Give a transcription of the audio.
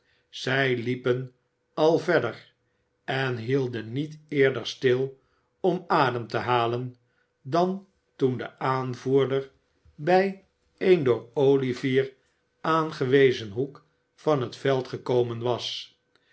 zij liepen al verder en hielden niet eerder stil om adem te halen dan toen de aanvoerder bij een door olivier aangewezen hoek van het veld gekomen was